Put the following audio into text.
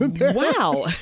wow